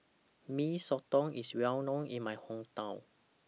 Mee Soto IS Well known in My Hometown